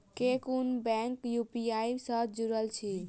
केँ कुन bank UPI सँ जुड़ल अछि?